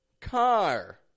car